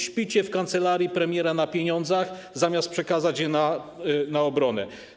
Śpicie w kancelarii premiera na pieniądzach, zamiast przekazać je na obronę.